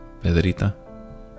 Pedrita